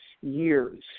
years